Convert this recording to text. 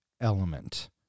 element